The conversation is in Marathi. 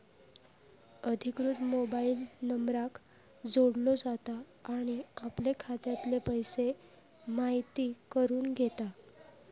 अधिकृत मोबाईल नंबराक जोडलो जाता आणि आपले खात्यातले पैशे म्हायती करून घेता